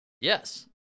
yes